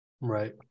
right